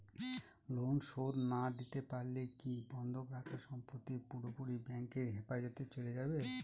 Loan শোধ না দিতে পারলে কি বন্ধক রাখা সম্পত্তি পুরোপুরি ব্যাংকের হেফাজতে চলে যাবে?